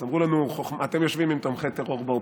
אז אמרו לנו: אתם יושבים עם תומכי טרור באופוזיציה.